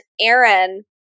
Aaron